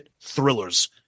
thrillers